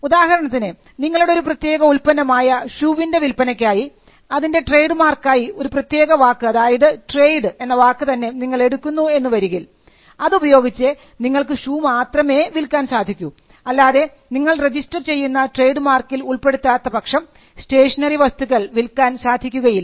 ഉദാഹരണത്തിന് നിങ്ങളുടെ ഒരു പ്രത്യേക ഉൽപ്പന്നമായ ഷൂവിൻറെ വിൽപ്പനയ്ക്കായി അതിൻറെ ട്രേഡ് മാർക്കായി ഒരു പ്രത്യേക വാക്ക് അതായത് 'ട്രേഡ്' എന്ന വാക്ക് തന്നെ നിങ്ങൾ എടുക്കുന്നു വരികിൽ അത് ഉപയോഗിച്ച് നിങ്ങൾക്ക് ഷൂ മാത്രമേ വിൽക്കാൻ സാധിക്കൂ അല്ലാതെ നിങ്ങൾ രജിസ്റ്റർ ചെയ്യുന്ന ട്രേഡ് മാർക്കിൽ ഉൾപ്പെടുത്താത്ത പക്ഷം സ്റ്റേഷനറി വസ്തുക്കൾ വിൽക്കാൻ സാധിക്കുകയില്ല